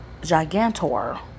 gigantor